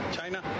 China